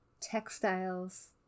textiles